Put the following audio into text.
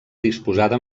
disposada